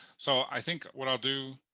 so i think what i'll do